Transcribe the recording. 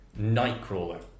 Nightcrawler